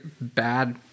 bad